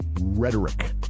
rhetoric